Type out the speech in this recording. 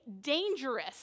dangerous